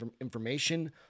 information